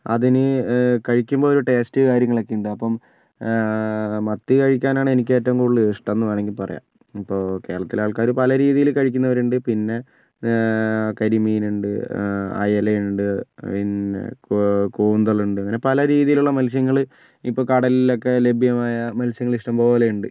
അതിന് കഴിക്കുമ്പോൾ ഒരു ടേസ്റ്റ് കാര്യങ്ങളൊക്കെയുണ്ട് അപ്പം മത്തി കഴിക്കാനാണ് എനിക്ക് ഏറ്റവും കൂടുതൽ ഇഷ്ടം എന്ന് വേണമെങ്കിൽ പറയാം ഇപ്പോൾ കേരളത്തിലെ ആൾക്കാർ പല രീതിയിൽ കഴിക്കുന്നവരുണ്ട് പിന്നെ കരിമീനുണ്ട് അയലയുണ്ട് പിന്നെ കൂന്തളുണ്ട് അങ്ങനെ പല രീതിയിലുള്ള മത്സ്യങ്ങൾ ഇപ്പോൾ കടലിലൊക്കെ ലഭ്യമായ മത്സ്യങ്ങളിഷ്ടം പോലെയുണ്ട്